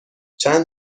چند